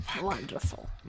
Wonderful